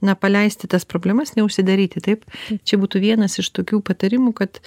na paleisti tas problemas neužsidaryti taip čia būtų vienas iš tokių patarimų kad